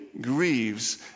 grieves